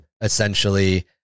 essentially